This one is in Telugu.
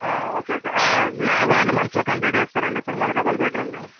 ఓకే ఓకే మ్యాగ్జిమం ఎన్ని మంత్స్లో కంప్లీట్ చేస్తారండి ఇప్పుడు మాది డబల్ బెడ్ రూమ్ది